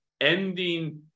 ending